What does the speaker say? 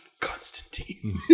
Constantine